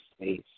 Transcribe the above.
space